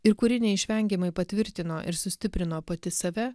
ir kuri neišvengiamai patvirtino ir sustiprino pati save